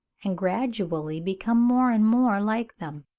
and gradually become more and more like them.